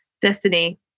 destiny